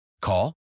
Call